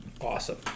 awesome